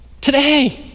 Today